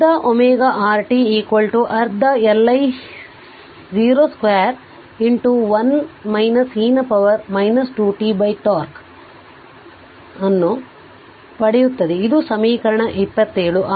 ಅರ್ಧ ω R t ಅರ್ಧ L I0 square 1 e ನ ಪವರ್ 2 t τ ಅನ್ನು ಅಧಿಕಾರಕ್ಕೆ ಪಡೆಯುತ್ತದೆ ಇದು ಸಮೀಕರಣ 27